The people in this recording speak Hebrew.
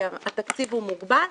כי התקציב הוא מוגבל,